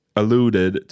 alluded